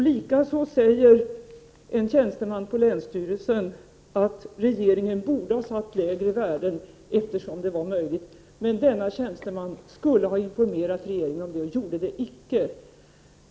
Likaså säger en tjänsteman på länsstyrelsen att regeringen borde ha uppsatt lägre gränsvärden, eftersom detta var möjligt. Denna tjänsteman skulle ha informerat regeringen om detta, men det gjorde han icke.